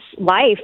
life